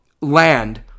land